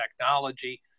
technology